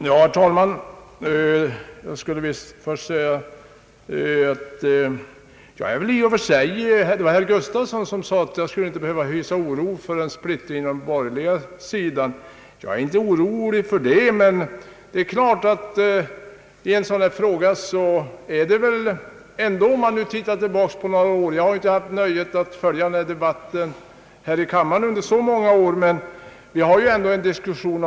Herr talman! Herr Gustafsson menade att jag inte skulle hysa oro för en splittring på den borgerliga sidan. Jag är inte orolig för det, men man kan ju dra vissa slutsatser när man ser hur denna fråga behandlats genom åren. Jag har inte haft nöjet att följa debatten här i kammaren så många år, men jag kan konstatera att vi ändå har en diskussion.